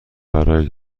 برای